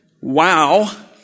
Wow